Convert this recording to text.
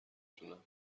تونم